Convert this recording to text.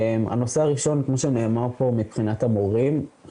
הנושא הראשון, כמו שנאמר פה, מבחינת המורים.